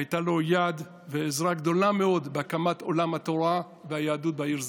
הייתה לו יד ועזרה גדולה מאוד בהקמת עולם התורה והיהדות בעיר שדרות.